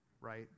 right